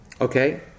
okay